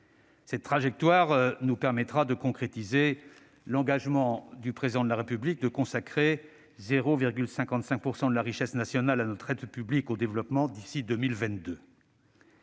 Cette trajectoire nous permettra de concrétiser l'engagement du Président de la République de consacrer 0,55 % de la richesse nationale à notre aide publique au développement d'ici à 2022.